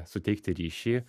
suteikti ryšį